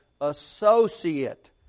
associate